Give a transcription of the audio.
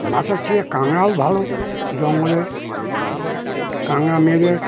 মাছার চেয়ে কাঁকড়াও ভালো জঙ্গলে কাঁকড়া মেরে